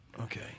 Okay